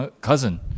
cousin